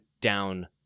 down